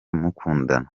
mukundana